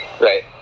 Right